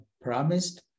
promised